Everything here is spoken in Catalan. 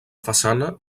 façana